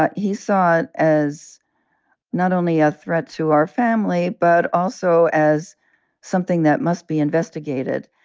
but he saw it as not only a threat to our family but also as something that must be investigated.